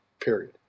period